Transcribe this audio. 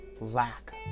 lack